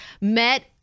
Met